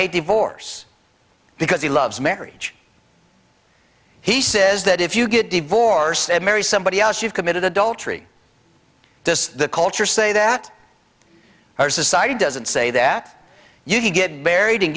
he divorce because he loves marriage he says that if you get divorced and marry somebody else you've committed adultery this culture say that our society doesn't say that you get buried and